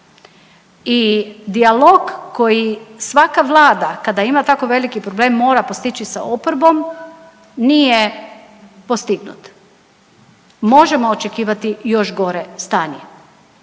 i dijalog koji svaka Vlada kada ima tako veliki problem mora postići sa oporbom nije postignut. Možemo očekivati još gore stanje.